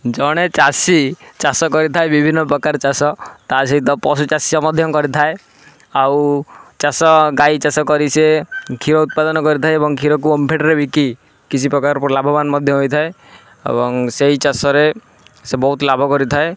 ଜଣେ ଚାଷୀ ଚାଷ କରିଥାଏ ବିଭିନ୍ନ ପ୍ରକାର ଟାଷ ତା ସହିତ ପଶୁ ଟାଷ ମଧ୍ୟ କରିଥାଏ ଆଉ ଚାଷ ଗାଈ ଚାଷ କରି ସିଏ ଘିଅ ଉତ୍ପାଦନ କରିଥାଏ ଏବଂ କ୍ଷୀରକୁ ଓମଫେଡ଼୍ରେ ବିକି କିଛି ପ୍ରକାର ଲାଭବାନ ମଧ୍ୟ ହୋଇଥାଏ ଆଉ ସେଇ ଚାଷରେ ସେ ବହୁତ ଲାଭ କରିଥାଏ